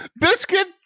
Biscuit